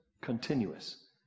continuous